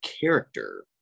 character